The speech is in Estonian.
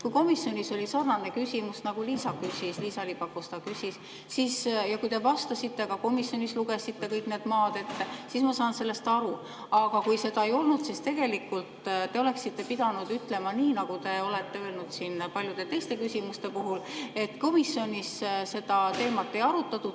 kui komisjonis oli sarnane küsimus, nagu Liisa-Ly Pakosta küsis, siis kui te vastasite ja ka komisjonis lugesite need maad ette, siis ma saan sellest aru. Aga kui seda ei olnud, siis te oleksite pidanud ütlema nii, nagu te olete öelnud siin paljude teiste küsimuste puhul, et komisjonis seda teemat ei arutatud,